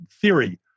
theory